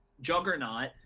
juggernaut